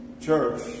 church